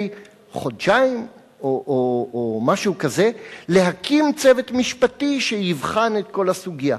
חודשיים או משהו כזה להקים צוות משפטי שיבחן את כל הסוגיה.